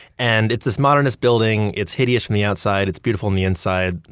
and it's this modernist building, it's hideous from the outside. it's beautiful on the inside.